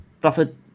Prophet